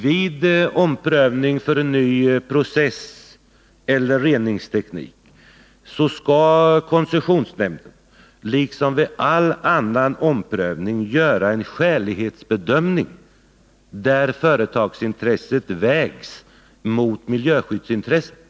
Vid omprövning för ny process eller reningsteknik skall koncessionsnämnden liksom vid all annan omprövning göra en skälighetsbedömning, där företagsintresset vägs mot miljöskyddsintresset.